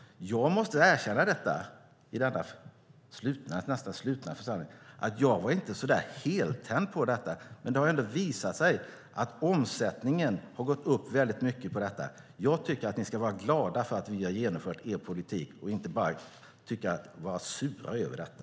Jag måste erkänna i denna nästan slutna församling att jag inte var heltänd på detta. Men det har ändå visat sig att omsättningen har gått upp väldigt mycket genom detta. Jag tycker att ni ska vara glada för att vi har genomfört er politik och inte bara vara sura över detta.